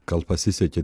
gal pasisekė